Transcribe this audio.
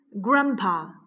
Grandpa